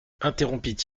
interrompit